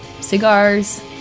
cigars